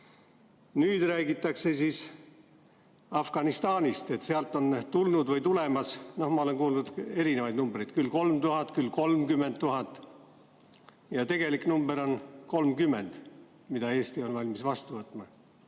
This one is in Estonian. Nüüd räägitakse siis Afganistanist, et sealt on tulnud või tulemas – ma olen kuulnud erinevaid numbreid – küll 3000, küll 30 000. Tegelik number on 30, mida Eesti on valmis vastu võtma.